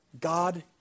God